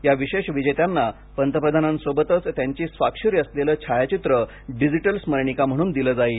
या विशेष विजेत्यांना पंतप्रधानांसोबतचं त्यांची स्वाक्षरी असलेलं छायाचित्र डिजिटल स्मरणिका म्हणूनही दिले जाईल